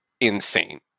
insane